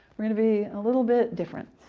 going to be a little bit different.